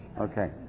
Okay